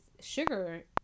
sugar